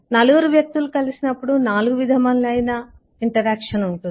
నలుగురు వ్యక్తులు కలిసినప్పుడు నాలుగు విధములైన విభిన్న పరస్పర సంభాషణలు ఉంటాయి